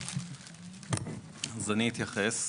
אני אתייחס.